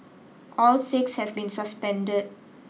all six have been suspended